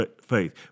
faith